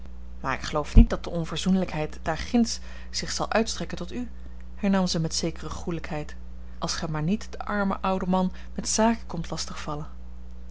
maar ik geloof niet dat de onverzoenlijkheid daar ginds zich zal uitstrekken tot u hernam zij met zekere goelijkheid als gij maar niet den armen ouden man met zaken komt lastig vallen